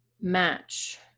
match